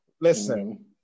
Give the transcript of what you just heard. Listen